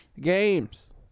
Games